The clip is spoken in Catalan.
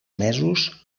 mesos